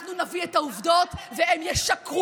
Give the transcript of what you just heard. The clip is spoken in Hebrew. אנחנו נביא את העובדות, והם ישקרו,